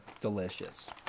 delicious